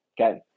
okay